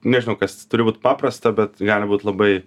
nežinau kas turi būt paprasta bet gali būt labai